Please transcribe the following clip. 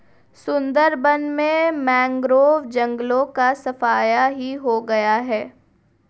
सुंदरबन में मैंग्रोव जंगलों का सफाया ही हो गया है